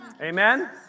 Amen